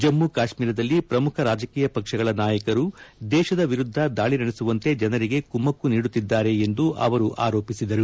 ಜಮ್ಮ ಕಾಶ್ಮೀರದಲ್ಲಿ ಪ್ರಮುಖ ರಾಜಕೀಯ ಪಕ್ಷಗಳ ನಾಯಕರು ದೇಶದ ವಿರುದ್ಧ ದಾಳಿ ನಡೆಸುವಂತೆ ಜನರಿಗೆ ಕುಮ್ಮಕ್ಕು ನೀಡುತ್ತಿದ್ದಾರೆ ಎಂದು ಆರೋಪಿಸಿದರು